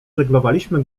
żeglowaliśmy